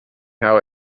how